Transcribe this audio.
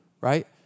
right